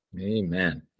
Amen